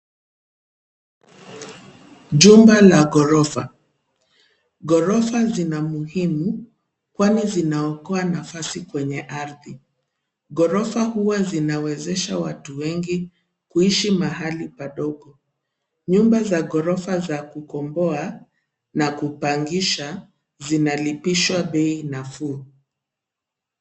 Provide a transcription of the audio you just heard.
Jumba la ghorofa. Ghorofa zina muhimu kwani zinaokoa nafasi kwenye ardhi. Ghorofa hua zinawezesha watu wengi kuishi pahali padogo. Nyumba za ghorofa za kukomboa na kupangisha zinalipishwa bei nafuu.